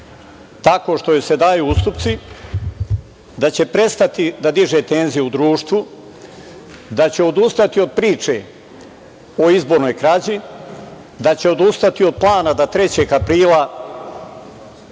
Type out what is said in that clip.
tako što joj se daju ustupci, da će prestati da diže tenziju u društvu, da će odustati od priče o izbornoj krađi, da će odustati od plana da 3. aprila